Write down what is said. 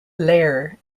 lair